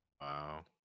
Wow